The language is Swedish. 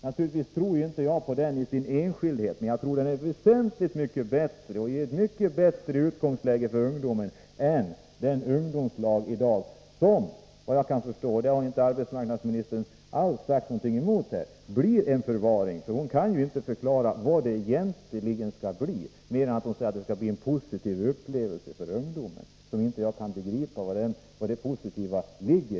Naturligtvis tror jag inte på den i dess enskildheter, men jag tror att den är väsentligt bättre och ger ett mycket bättre utgångsläge för ungdomen än de ungdomslag som — efter vad jag kan förstå, och det har arbetsmarknadsministern inte alls sagt emot — blir en förvaring. Arbetsmarknadsministern kan inte förklara vad det egentligen skall bli, mer än en positiv upplevelse för ungdomen. Jag kan inte begripa vari det positiva ligger.